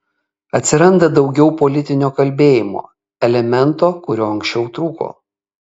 atsiranda daugiau politinio kalbėjimo elemento kuriuo anksčiau trūko